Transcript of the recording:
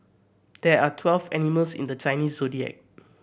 there are twelve animals in the Chinese Zodiac